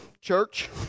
Church